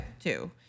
two